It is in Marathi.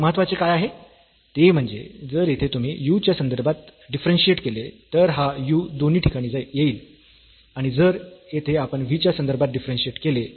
तर महत्वाचे काय आहे ते म्हणजे जर येथे तुम्ही u च्या संदर्भात डिफरन्शियेट केले तर हा u दोन्ही ठिकाणी येईल आणि जर येथे आपण v च्या संदर्भात डिफरन्शियेट केले